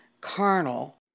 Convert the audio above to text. Carnal